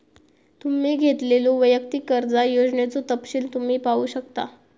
तुम्ही घेतलेल्यो वैयक्तिक कर्जा योजनेचो तपशील तुम्ही पाहू शकता